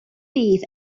beef